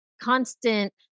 constant